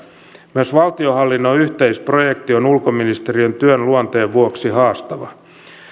myös valtionhallinnon yhteisprojekti on ulkoministeriön työn luonteen vuoksi haastava